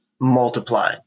multiply